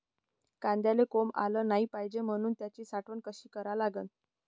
कांद्याले कोंब आलं नाई पायजे म्हनून त्याची साठवन कशी करा लागन?